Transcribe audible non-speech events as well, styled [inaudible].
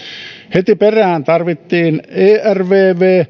heti perään tarvittiin ervv [unintelligible]